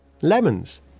Lemons